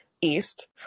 East